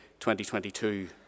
2022